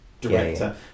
director